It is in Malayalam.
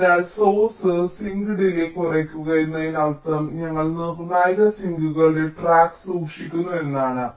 അതിനാൽ സോഴ്സ് സിങ്ക് ഡിലേയ്യ് കുറയ്ക്കുക എന്നതിനർത്ഥം ഞങ്ങൾ നിർണായക സിങ്കുകളുടെ ട്രാക്ക് സൂക്ഷിക്കുന്നു എന്നാണ്